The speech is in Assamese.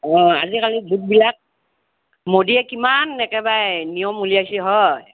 অ আজিকালি গোটবিলাক মোদিয়ে কিমান একেবাৰে নিয়ম উলিয়াইছে হয়